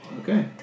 Okay